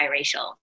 biracial